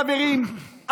חברים,